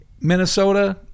minnesota